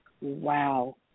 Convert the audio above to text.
Wow